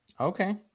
Okay